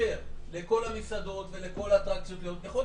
תאפשר לכל המסעדות ולכל האטרקציות יכול להיות